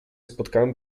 spotkałam